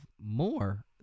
more